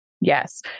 Yes